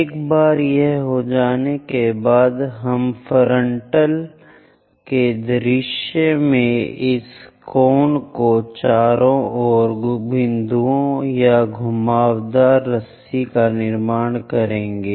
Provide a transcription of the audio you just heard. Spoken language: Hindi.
एक बार यह हो जाने के बाद हम फ्रंटल के दृश्य में इस कोण के चारों ओर बिंदुओं या घुमावदार रस्सी का निर्माण करेंगे